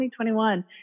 2021